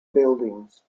buildings